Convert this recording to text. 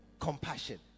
Compassion